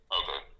okay